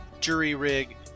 jury-rig